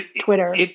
Twitter